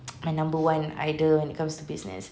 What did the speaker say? my number one idol when it comes to business